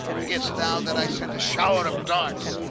forgett'st thou that i sent a shower of darts,